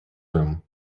room